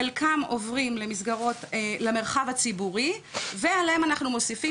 חלקם עוברים למרחב הציבורי ועליהם אנחנו מוסיפים